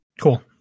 Cool